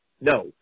no